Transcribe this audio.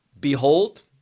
Behold